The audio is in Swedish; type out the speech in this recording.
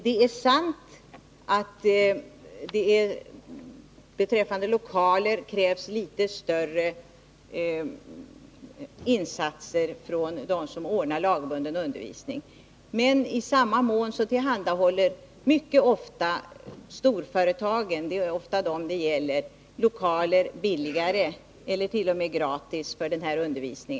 Det är sant att det beträffande lokaler krävs litet större insatser av dem som ordnar lagbunden undervisning. Men i samma mån tillhandahåller många av storföretagen — det är ofta dem det gäller — lokaler billigare eller t.o.m. gratis för denna undervisning.